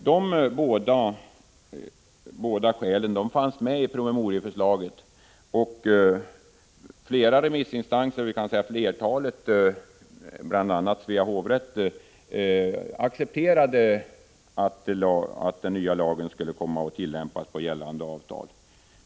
De båda skälen fanns med i promemorieförslaget, och flertalet remissinstanser, bl.a. Svea hovrätt, accepterade att den nya lagen skall tillämpas på gällande avtal.